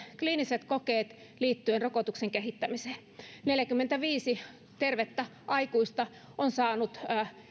kliiniset kokeet liittyen rokotuksen kehittämiseen neljäkymmentäviisi tervettä aikuista on saanut